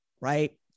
right